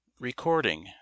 Recording